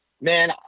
man